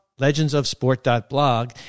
legendsofsport.blog